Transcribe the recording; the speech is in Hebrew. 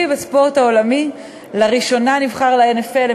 בספורט העולמי: לראשונה נבחר ל-NFL,